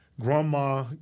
grandma